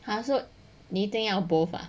他说你一定要 both ah